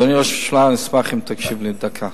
אדוני ראש הממשלה, אני אשמח אם תקשיב לי דקה.